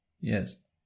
Yes